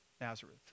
Nazareth